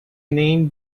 name